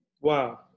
wow